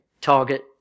target